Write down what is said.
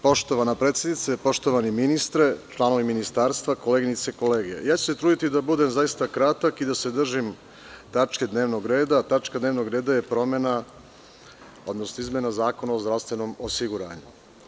Poštovana predsednice, članovi Ministarstva, koleginice i kolege, ja ću se truditi da budem zaista kratak i da se držim tačke dnevnog reda, a tačka dnevnog reda je izmena Zakona o zdravstvenom osiguranju.